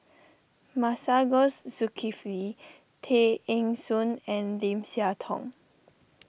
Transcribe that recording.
Masagos Zulkifli Tay Eng Soon and Lim Siah Tong